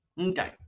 Okay